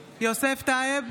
טייב,